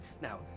Now